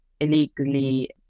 illegally